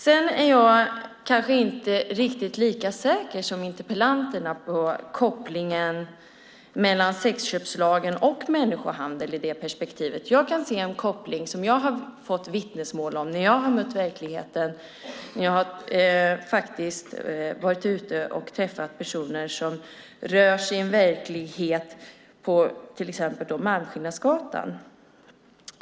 Sedan är jag kanske inte riktigt lika säker som interpellanten på kopplingen mellan sexköpslagen och människohandel i det perspektivet. Jag kan se en koppling som jag har fått vittnesmål om när jag har mött verkligheten. Jag har faktiskt varit ute och träffat personer som rör sig i en verklighet, till exempel på Malmskillnadsgatan.